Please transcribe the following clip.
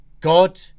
God